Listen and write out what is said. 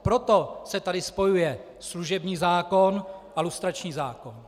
Proto se tady spojuje služební zákon a lustrační zákon.